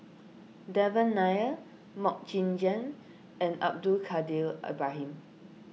Devan Nair Mok Ying Jang and Abdul Kadir Ibrahim